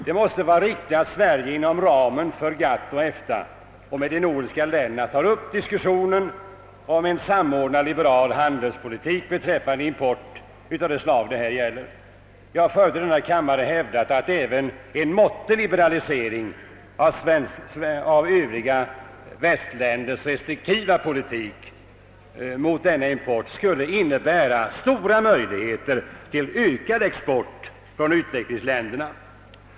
Det måste vara riktigt att Sverige inom ramen för GATT och EFTA och med de nordiska länderna tar upp diskussioner om en samordnad liberal handelspolitik beträffande import av det slag det här gäller. Jag har förut här i kammaren hävdat att även en måttlig liberalisering av övriga västländers restriktiva politik mot denna import skulle innebära stora möjligheter till ökad export från utvecklingsländerna.